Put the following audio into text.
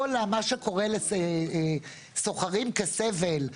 כול מה שקורה לסוחרים כסבל,